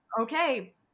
okay